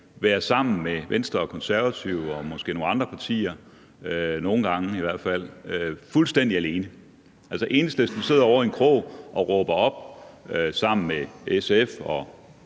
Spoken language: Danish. være sammen med Venstre og Konservative og måske nogle andre partier. Altså, Enhedslisten sidder ovre i en krog og råber op sammen med SF og